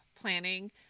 planning